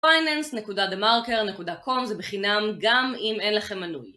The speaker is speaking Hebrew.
www.finance.themarker.com זה בחינם גם אם אין לכם מנוי